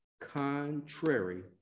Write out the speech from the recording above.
contrary